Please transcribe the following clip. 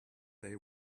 they